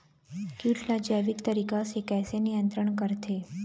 कीट ला जैविक तरीका से कैसे नियंत्रण करथे?